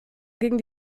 ging